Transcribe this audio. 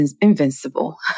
invincible